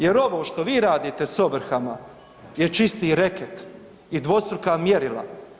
Jer ovo što vi radite s ovrhama je čisti reket i dvostruka mjerila.